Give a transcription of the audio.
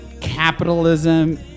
capitalism